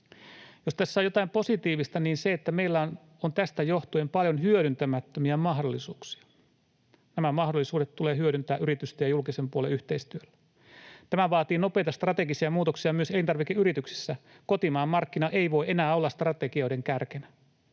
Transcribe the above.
Jos tässä on jotain positiivista, niin se, että meillä on tästä johtuen paljon hyödyntämättömiä mahdollisuuksia. Nämä mahdollisuudet tulee hyödyntää yritysten ja julkisen puolen yhteistyöllä. Tämä vaatii nopeita strategisia muutoksia myös elintarvikeyrityksissä. Kotimaan markkina ei voi enää olla strategioiden kärkenä.